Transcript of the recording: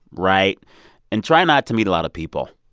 write and try not to meet a lot of people.